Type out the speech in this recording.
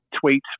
tweet